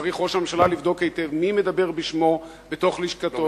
צריך ראש הממשלה לבדוק היטב מי מדבר בשמו בתוך לשכתו,